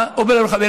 בן אל-ח'טאב.